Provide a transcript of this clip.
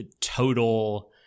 total